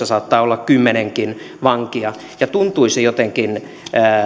saattaa olla kymmenenkin vankia ja tuntuisi jotenkin